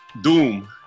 doom